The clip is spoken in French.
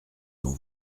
dont